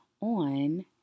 on